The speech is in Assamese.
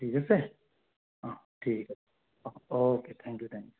ঠিক আছে অঁ ঠিক আছে অঁ okay thank you thank U